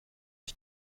ich